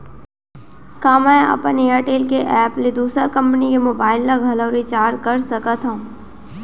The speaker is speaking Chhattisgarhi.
का मैं अपन एयरटेल के एप ले दूसर कंपनी के मोबाइल ला घलव रिचार्ज कर सकत हव?